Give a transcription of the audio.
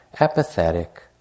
apathetic